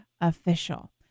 official